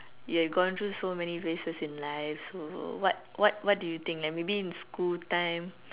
you have gone through so many phases in life so what what what do you think like maybe in school time